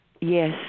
Yes